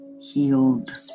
healed